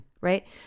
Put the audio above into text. right